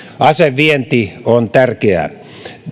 asevienti on tärkeä